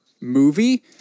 movie